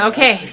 Okay